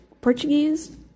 Portuguese